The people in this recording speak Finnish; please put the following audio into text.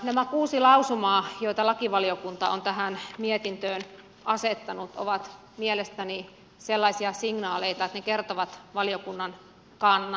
nämä kuusi lausumaa jotka lakivaliokunta on tähän mietintöön asettanut ovat mielestäni sellaisia signaaleita että ne kertovat valiokunnan kannan